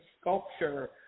sculpture